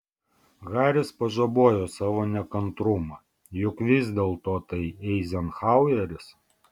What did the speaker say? haris pažabojo savo nekantrumą juk vis dėlto tai eizenhaueris